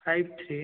five three